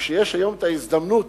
וכשיש היום את ההזדמנות